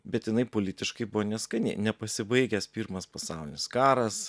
bet jinai politiškai buvo neskani nepasibaigęs pirmas pasaulinis karas